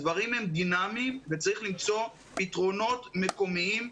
הדברים הם דינאמיים וצריך למצוא פתרונות מקומיים.